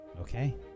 Okay